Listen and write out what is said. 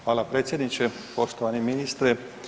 Hvala predsjedniče, poštovani ministre.